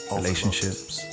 relationships